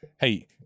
hey